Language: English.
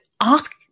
ask